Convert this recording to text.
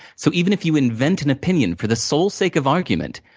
so, even if you invent an opinion for the sole sake of argument,